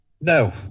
no